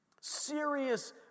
Serious